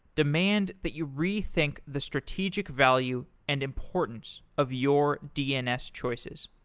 demand that you rethink the strategic value and importance of your dns choices.